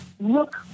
look